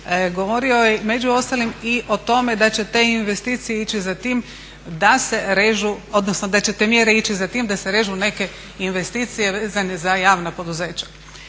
investicije ići za tim odnosno da će te mjere ići za tim da se režu neke investicije vezane za javna poduzeća.